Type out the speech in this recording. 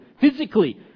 physically